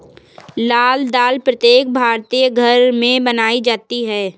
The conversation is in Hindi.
लाल दाल प्रत्येक भारतीय घर में बनाई जाती है